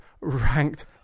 ranked